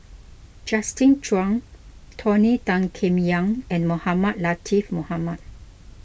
Justin Zhuang Tony Tan Keng Yam and Mohamed Latiff Mohamed